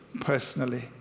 personally